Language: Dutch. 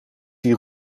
die